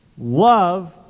Love